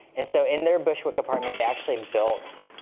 and so in their bushwick apartment, they actually built